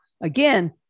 again